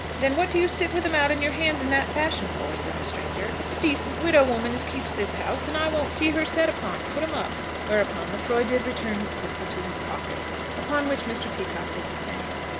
then what do you sit with em out in your hands in that fashion for? said the stranger. it's a decent widow woman as keeps this house, and i won't see her set upon. put em up. whereupon lefroy did return his pistol to his pocket upon which mr. peacocke did the same.